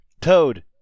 Toad